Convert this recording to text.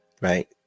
right